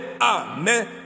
Amen